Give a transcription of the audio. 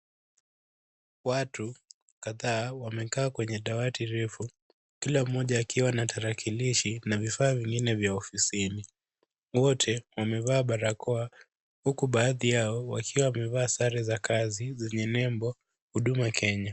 Watu kadhaa wamekaa kwenye dawati refu, kila mmoja akiwa na tarakilishi na vifaa vingine vya ofisini. Wote wamevaa barakoa huku baadhi yao wakiwa wamevaa sare za kazi, zenye nembo Huduma Kenya.